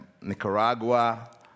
Nicaragua